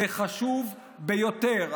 זה חשוב ביותר.